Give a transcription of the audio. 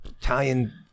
Italian